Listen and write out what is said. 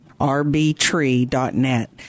Rbtree.net